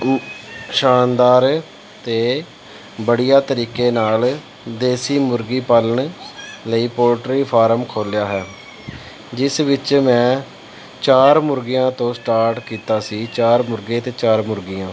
ਊ ਸ਼ਾਨਦਾਰ ਅਤੇ ਵਧੀਆ ਤਰੀਕੇ ਨਾਲ ਦੇਸੀ ਮੁਰਗੀ ਪਾਲਣ ਲਈ ਪੋਲਟਰੀ ਫਾਰਮ ਖੋਲ੍ਹਿਆ ਹੈ ਜਿਸ ਵਿੱਚ ਮੈਂ ਚਾਰ ਮੁਰਗੀਆਂ ਤੋਂ ਸਟਾਰਟ ਕੀਤਾ ਸੀ ਚਾਰ ਮੁਰਗੇ ਅਤੇ ਚਾਰ ਮੁਰਗੀਆਂ